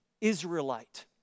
Israelite